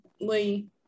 Lee